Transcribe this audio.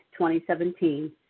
2017